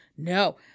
No